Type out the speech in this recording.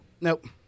Nope